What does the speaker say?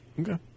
Okay